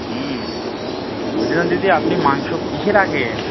হুম বলছিলাম দিদি আপনি মাংস কীসে রাখেন